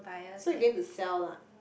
so you going to sell lah